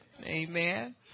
Amen